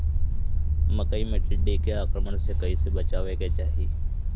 मकई मे टिड्डी के आक्रमण से कइसे बचावे के चाही?